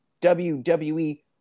WWE